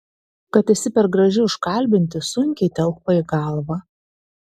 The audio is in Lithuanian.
kad esi per graži užkalbinti sunkiai telpa į galvą